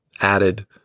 added